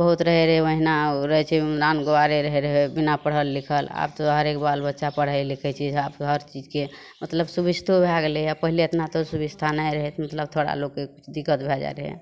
बहुत रहे रहै ओहिना रहै छै नान गुआरे रहे रहै बिना पढ़ल लिखल तऽ हरेक बाल बच्चा पढ़ै लिखै छै आब तऽ हर चीजके मतलब सुविस्तो भए गेलै आ पहिले एतना तऽ सुविस्ता नइ रहै तऽ मतलब थोड़ा लोक केँ कुछ दिक्कत भए जाइ रहै